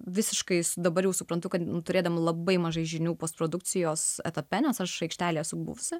visiškai dabar jau suprantu kad turėdama labai mažai žinių postprodukcijos etape nes aš aikštelėj esu buvusi